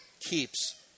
keeps